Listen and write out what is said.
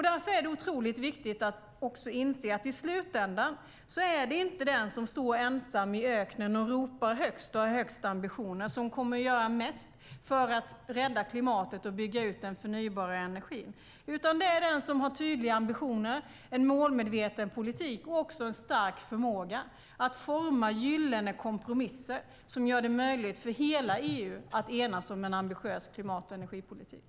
Därför är det otroligt viktigt att inse att i slutändan är det inte den som står ensam i öknen och ropar högst och har högsta ambitioner som kommer att göra mest för att rädda klimatet och bygga ut den förnybara energin. Det är de som har tydliga ambitioner, en målmedveten politik och en stark förmåga att forma gyllene kompromisser som gör det möjligt för hela EU att enas om en ambitiös klimat och energipolitik.